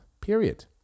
period